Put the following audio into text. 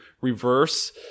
reverse